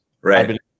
right